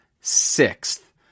sixth